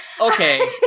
okay